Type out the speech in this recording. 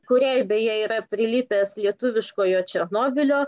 kuriai beje yra prilipęs lietuviškojo černobylio